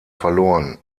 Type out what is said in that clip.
verloren